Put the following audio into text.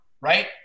right